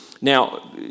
Now